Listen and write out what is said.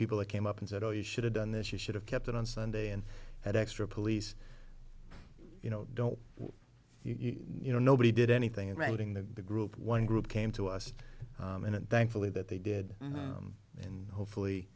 people that came up and said oh you should have done this you should have kept it on sunday and that extra police you know don't you know nobody did anything in writing that the group one group came to us and it thankfully that they did and hopefully